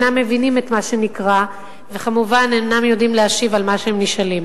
אינם מבינים את מה שנקרא וכמובן אינם יודעים להשיב על מה שהם נשאלים.